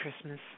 Christmas